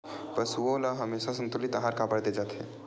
पशुओं ल हमेशा संतुलित आहार काबर दे जाथे?